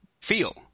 feel